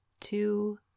two